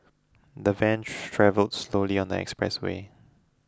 the van travelled slowly on the expressway